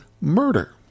murder